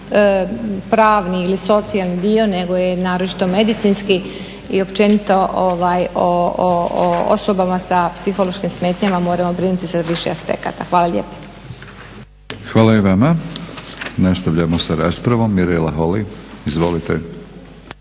pravni ili socijalni dio nego je naročito medicinski. I općenito sa osobama sa psihološkim smetnjama moramo brinuti sa više aspekata. Hvala lijepo. **Batinić, Milorad (HNS)** Hvala i vama. Nastavljamo sa raspravom Mirela Holy Izvolite.